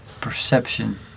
perception